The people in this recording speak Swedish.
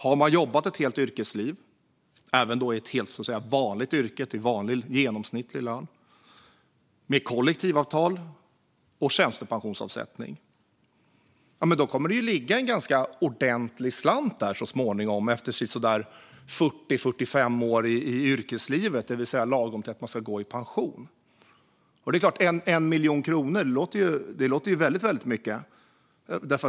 Har man jobbat ett helt yrkesliv i ett helt vanligt yrke till en vanlig genomsnittlig lön, med kollektivavtal och tjänstepensionsavsättning, kommer det ju att ligga en ganska ordentlig slant där efter sisådär 40-45 år i yrkeslivet, det vill säga lagom till att man ska gå i pension. Det är klart att 1 miljon kronor låter väldigt mycket.